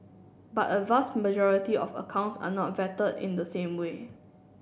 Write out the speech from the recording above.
but a vast majority of accounts are not vetted in the same way